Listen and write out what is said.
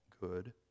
good